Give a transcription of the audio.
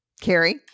Carrie